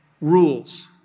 rules